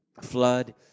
flood